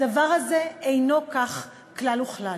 הדבר הזה אינו כך כלל וכלל.